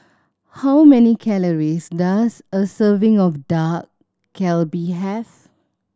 how many calories does a serving of Dak Galbi have